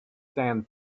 sand